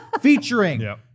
featuring